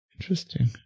Interesting